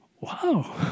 wow